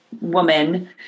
woman